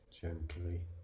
gently